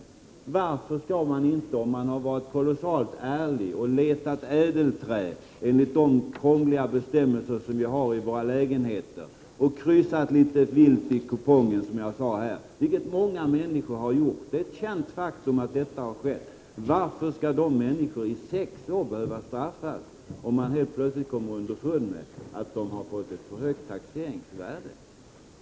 Varför skall de människor som har varit kolossalt ärliga och letat efter ädelträ i sina fastigheter enligt de krångliga bestämmelser som gäller och kryssat för litet för generöst i kolumnerna — det är, som sagt, ett känt faktum att många har gjort så — straffas för detta när de helt plötsligt kommer underfund med att de har fått ett för högt taxeringsvärde?